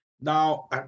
Now